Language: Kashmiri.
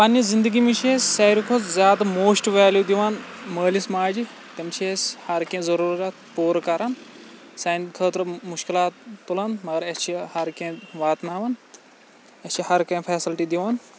پَنٕنہِ زِنٛدگی منٛز چھِ أسۍ سارِوٕے کھۄتہٕ زیادٕ موسٹ ویلیٛوٗ دِوان مٲلِس ماجہِ تٔمۍ چھِ اَسہِ ہَر کیٚنٛہہ ضروٗرَت پوٗرٕ کَران سانہِ خٲطرٕ مُشکِلات تُلان مَگَر اَسہِ چھِ ہَر کیٚنٛہہ واتناوان اَسہِ چھِ ہَر کیٚنٛہہ فیسَلٹی دِوان